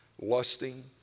lusting